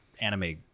anime